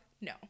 No